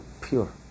pure